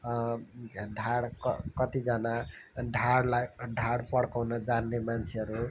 ढाड क कतिजना ढाडलाई ढाड पढ्काउनु जान्ने मान्छेहरू